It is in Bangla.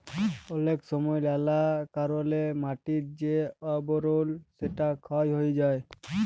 অলেক সময় লালা কারলে মাটির যে আবরল সেটা ক্ষয় হ্যয়ে যায়